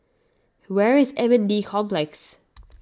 where is M N D Complex